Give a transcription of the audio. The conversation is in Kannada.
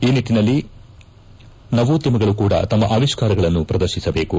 ಈ ನಿಟ್ಟನಲ್ಲಿ ನವೋದ್ಯಮಗಳು ಕೂಡ ತಮ್ಮ ಅವಿಷ್ಠಾರಗಳನ್ನು ಪ್ರದರ್ಶಿಸಬೇಕು